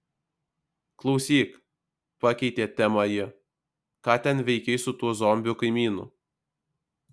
klausyk pakeitė temą ji ką ten veikei su tuo zombiu kaimynu